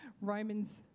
Romans